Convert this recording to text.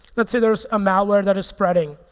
let's say there's a malware that is spreading.